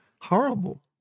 horrible